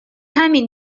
همین